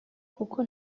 kuko